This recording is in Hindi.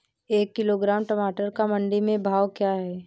एक किलोग्राम टमाटर का मंडी में भाव क्या है?